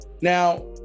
now